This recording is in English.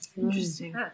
Interesting